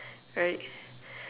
right